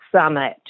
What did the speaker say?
summit